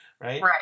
right